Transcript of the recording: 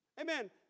Amen